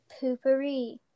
poopery